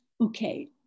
okay